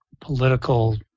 political